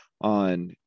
on